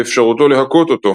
באפשרותו להכות אותו,